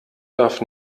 darf